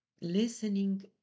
Listening